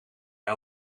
hij